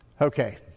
Okay